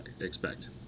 expect